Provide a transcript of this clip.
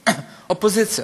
אופוזיציה.